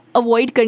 avoid